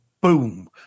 boom